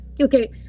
Okay